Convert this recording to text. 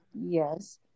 Yes